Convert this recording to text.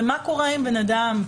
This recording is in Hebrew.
מה קורה עם בן אדם,